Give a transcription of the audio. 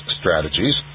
strategies